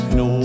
no